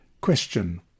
Question